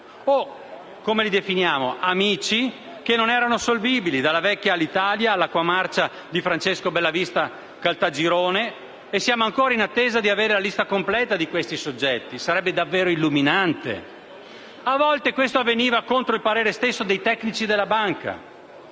che non erano - per così dire - solvibili, dalla vecchia Alitalia all'Acqua Marcia di Francesco Bellavista Caltagirone, e siamo ancora in attesa di avere la lista completa di tutti i soggetti. Sarebbe davvero illuminante. A volte questo avveniva contro il parere stesso dei tecnici della banca.